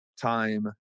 time